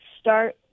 start